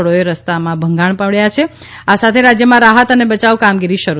ળોએ રસ્તામાં ભંગાણ પસ્યા છે આ સાથે રાજ્યમાં રાહત અને બચાવ કામગીરી શરૂ